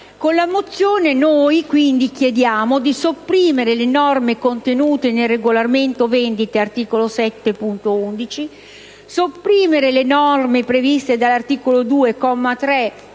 Con la mozione, quindi, chiediamo di sopprimere le norme contenute nel regolamento vendite, articolo 7, punto 11 e le norme previste all'articolo 2,